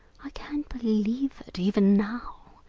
i can't believe it, even now.